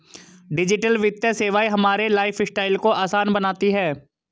digital वित्तीय सेवाएं हमारे लाइफस्टाइल को आसान बनाती हैं